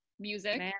music